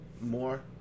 more